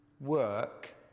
work